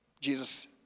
jesus